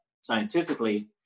scientifically